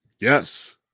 Yes